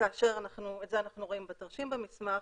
את זה אנחנו רואים בתרשים במסמך.